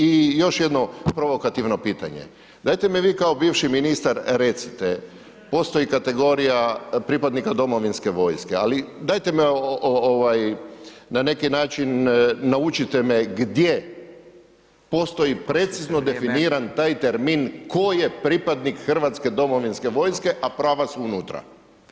I još jedno provokativno pitanje, dajte mi vi kao bivši ministar recite, postoji kategorija pripadnika domovinske vojske, ali dajte me na neki način naučite me gdje postoji precizno definiran taj termin tko je pripadnih Hrvatske domovinske vojske, a prava su unutra?